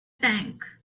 tank